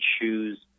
choose